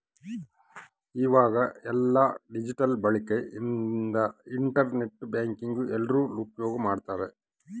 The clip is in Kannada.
ಈವಾಗ ಎಲ್ಲ ಡಿಜಿಟಲ್ ಬಳಕೆ ಇಂದ ಇಂಟರ್ ನೆಟ್ ಬ್ಯಾಂಕಿಂಗ್ ಎಲ್ರೂ ಉಪ್ಯೋಗ್ ಮಾಡ್ತಾರ